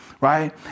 right